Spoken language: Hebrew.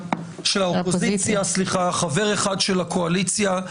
חבר אחד של הקואליציה.